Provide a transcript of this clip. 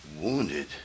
wounded